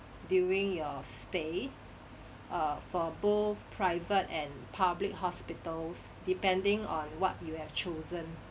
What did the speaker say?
during your stay err for both private and public hospitals depending on what you have chosen